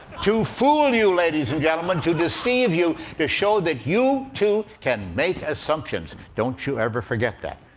to fool you, ladies and gentlemen, to deceive you, to show that you, too, can make assumptions. don't you ever forget that.